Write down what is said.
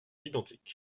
identiques